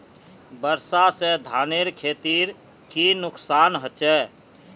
वर्षा से धानेर खेतीर की नुकसान होचे?